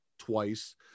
Twice